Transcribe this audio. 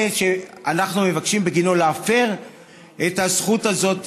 שאנחנו מבקשים בגינם להפר את הזכות הזאת